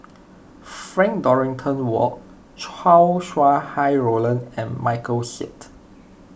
Frank Dorrington Ward Chow Sau Hai Roland and Michael Seet